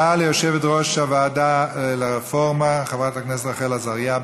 הודעה ליושבת-ראש הוועדה לרפורמה חברת הכנסת רחל עזריה,